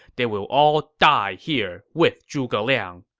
they will all die here with zhuge liang.